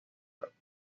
madrid